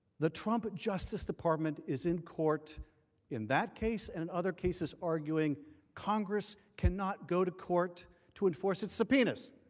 the trump justice department is in court in that case and other cases arguing congress cannot go to court to enforce its subpoenas.